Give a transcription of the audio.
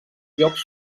llocs